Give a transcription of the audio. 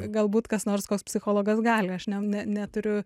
galbūt kas nors koks psichologas gali aš ne ne neturiu